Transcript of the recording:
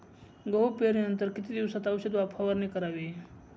गहू पेरणीनंतर किती दिवसात औषध फवारणी करावी?